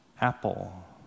apple